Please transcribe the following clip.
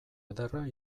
ederra